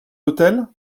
l’hôtel